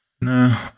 No